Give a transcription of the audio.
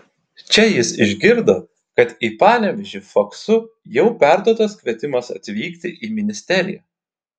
čia jis išgirdo kad į panevėžį faksu jau perduotas kvietimas atvykti į ministeriją